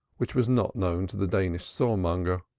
which was not known to the danish saw-monger.